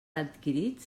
adquirits